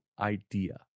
idea